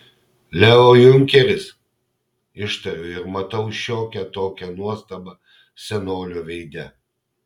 leo junkeris ištariu ir matau šiokią tokią nuostabą senolio veide